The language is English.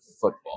football